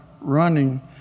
running